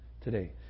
today